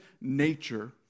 nature